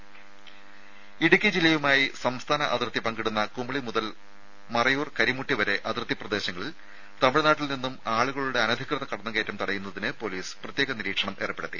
രുമ ഇടുക്കി ജില്ലയുമായി സംസ്ഥാന അതിർത്തി പങ്കിടുന്ന കുമളി മുതൽ മറയൂർ കരിമുട്ടി വരെ അതിർത്തി പ്രദേശങ്ങളിൽ തമിഴ്നാട്ടിൽ നിന്നും ആളുകളുടെ അനധികൃത കടന്നുകയറ്റം തടയുന്നതിന് പൊലീസ് പ്രത്യേക നിരീക്ഷണം ഏർപ്പെടുത്തി